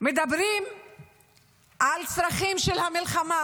מדברים על צרכים של המלחמה,